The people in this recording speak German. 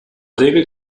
regelt